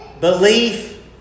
Belief